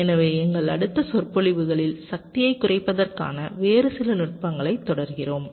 எனவே எங்கள் அடுத்த சொற்பொழிவுகளில் சக்தியைக் குறைப்பதற்கான வேறு சில நுட்பங்களைத் தொடர்கிறோம்